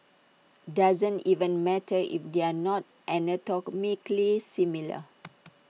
doesn't even matter if they're not anatomically similar